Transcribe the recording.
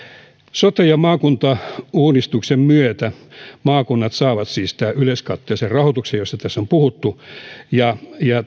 sote ja maakuntauudistuksen myötä maakunnat saavat siis tämän yleiskatteellisen rahoituksen josta tässä on puhuttu ja